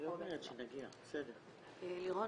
לירון,